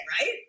right